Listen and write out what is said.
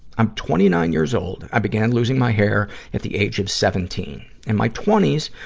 i'm twenty nine years old. i began losing my hair at the age of seventeen. in my twenty s,